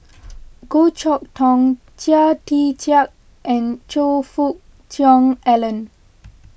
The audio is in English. Goh Chok Tong Chia Tee Chiak and Choe Fook Cheong Alan